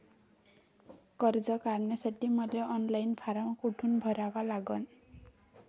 कर्ज काढासाठी मले ऑनलाईन फारम कोठून भरावा लागन?